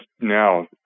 now